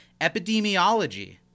Epidemiology